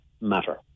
matter